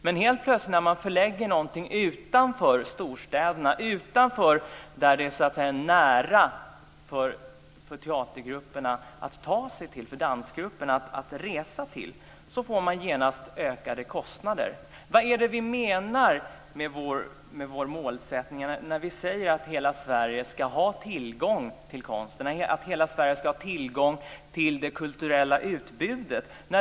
Men när man förlägger en verksamhet utanför storstäderna, utanför teatergruppernas närområde, blir det genast ökade kostnader för resor osv. Vad menar vi med målsättningen att hela Sverige ska ha tillgång till det kulturella utbudet?